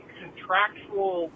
contractual